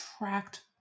attract